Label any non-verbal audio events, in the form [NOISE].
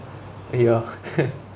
eh ya [LAUGHS]